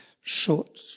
short